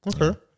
okay